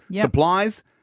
supplies